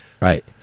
right